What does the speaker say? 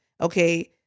Okay